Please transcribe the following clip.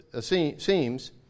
seems